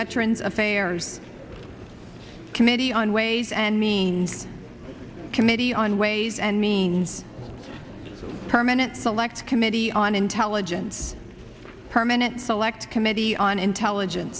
veterans affairs committee on ways and means committee on ways and means the permanent select committee on intelligence permanent select committee on intelligence